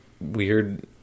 weird